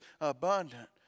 abundant